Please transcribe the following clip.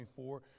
24